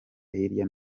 hirya